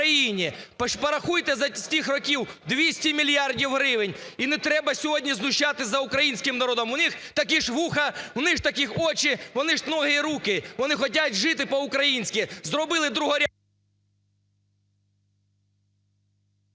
Порахуйте за цих років – 200 мільярдів гривень. І не треба сьогодні знущатися за українським народом. В них такі ж вуха, в них такі ж очі, вони ж… ноги і руки, вони хотять жити по-українські. Зробили… ГОЛОВУЮЧИЙ.